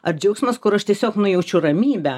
ar džiaugsmas kur aš tiesiog nu jaučiu ramybę